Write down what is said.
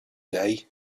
day